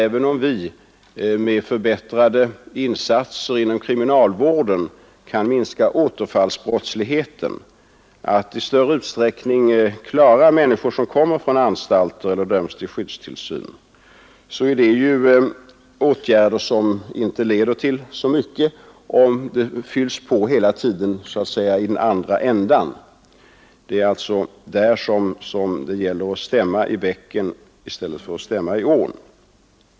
Även om vi med förbättrade insatser inom kriminalvården kan minska återfallsbrottsligheten och i större utsträckning återanpassa människor som kommer från anstalter eller som dömts till skyddstillsyn, är detta åtgärder som inte leder till särskilt mycket, om det så att säga hela tiden fylls på i den andra änden. Det är alltså där som det gäller att stämma i bäcken i stället för att stämma i ån.